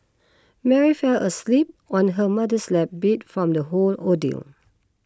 Mary fell asleep on her mother's lap beat from the whole ordeal